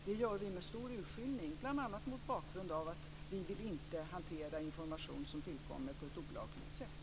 Detta gör vi med stor urskillning, bl.a. mot bakgrund av att vi inte vill hantera information som tillkommer på ett olagligt sätt.